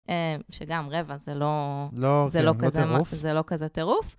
שגם רבע זה לא כזה מפה, זה לא כזה טירוף.